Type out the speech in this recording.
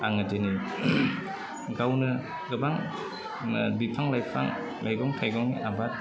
आङो दिनै गावनो गोबां बिफां लायफां मैगं थाइगं आबाद